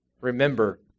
Remember